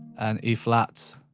an e flat,